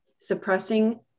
suppressing